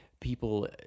people